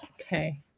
okay